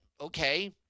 okay